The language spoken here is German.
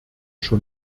schon